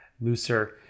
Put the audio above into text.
looser